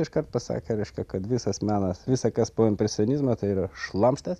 iškart pasakė reiškia kad visas menas visa kas po impresionizmo yra šlamštas